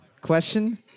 Question